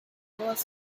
was